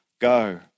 go